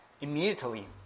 immediately